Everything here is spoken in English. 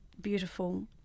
beautiful